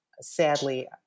sadly